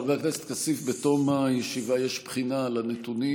חבר הכנסת כסיף, בתום הישיבה יש בחינה על הנתונים.